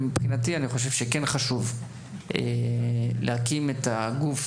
מבחינתי, אני חושב שכן חשוב להקים את הגוף